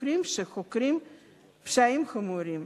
לחוקרים שחוקרים פשעים חמורים,